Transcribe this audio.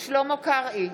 שלמה קרעי,